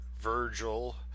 Virgil